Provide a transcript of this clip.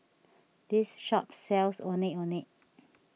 this shop sells Ondeh Ondeh